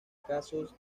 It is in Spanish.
casos